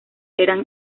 eran